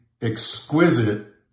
exquisite